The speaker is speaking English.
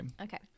Okay